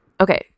okay